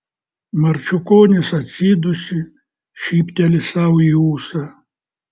marčiukonis atsidūsi šypteli sau į ūsą